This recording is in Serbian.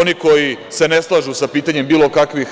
Oni koji se ne slažu sa pitanjem bilo kakvih